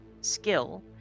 skill